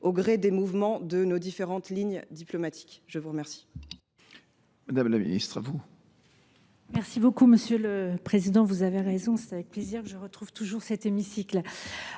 au gré des mouvements de nos différentes lignes diplomatiques. La parole